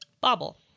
Bobble